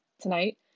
tonight